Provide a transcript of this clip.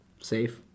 Safe